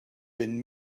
been